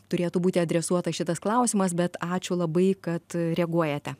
turėtų būti adresuotas šitas klausimas bet ačiū labai kad reaguojate